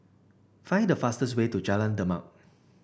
find the fastest way to Jalan Demak